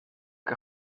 que